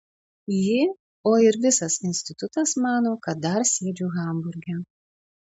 ji o ir visas institutas mano kad dar sėdžiu hamburge